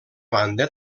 banda